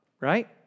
right